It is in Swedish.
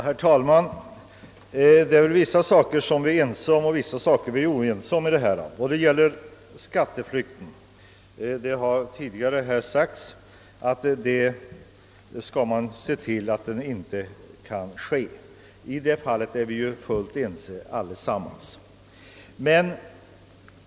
Herr talman! Det är vissa saker vi är ense om och vissa saker vi är oense om, t.ex. risken för skatteflykt. Det har tidigare sagts här att man måste se till att skatteflykt inte kan ske. Därom är vi fullt eniga allesamman.